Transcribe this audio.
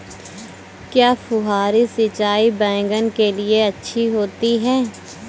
क्या फुहारी सिंचाई बैगन के लिए अच्छी होती है?